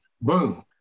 Boom